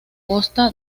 costa